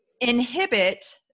inhibit